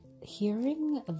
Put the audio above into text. hearing